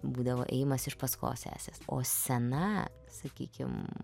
būdavo ėjimas iš paskos sesės o scena sakykim